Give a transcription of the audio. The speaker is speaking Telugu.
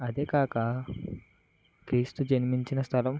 అదేకాక క్రీస్తు జన్మించిన స్థలం